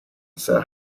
sir